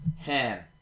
ham